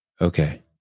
Okay